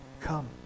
come